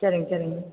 சரிங்க சரிங்க